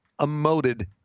emoted